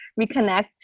reconnect